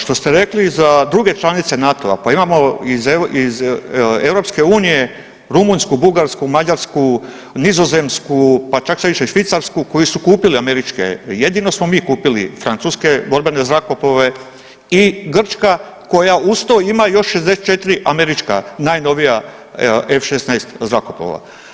Što ste rekli za druge članice NATO-a, pa imamo iz EU Rumunjsku, Bugarsku, Mađarsku, Nizozemsku, pa čak sad i Švicarsku koji su kupili američke, jedino smo mi kupili francuske borbene zrakoplove i Grčka koja uz to ima još 64 američka najnovija F-16 zrakoplova.